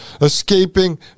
escaping